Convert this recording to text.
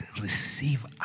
receive